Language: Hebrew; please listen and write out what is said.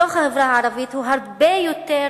בתוך החברה הערבית הוא גבוה הרבה יותר